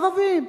ערבים.